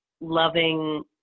loving